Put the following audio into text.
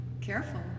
careful